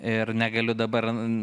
ir negaliu dabar